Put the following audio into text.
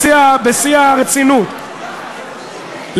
בשיא הרצינות,